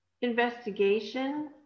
Investigation